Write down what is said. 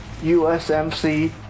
USMC